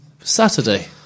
Saturday